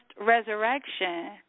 resurrection